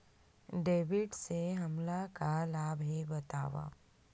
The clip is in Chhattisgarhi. क्रेडिट से हमला का लाभ हे बतावव?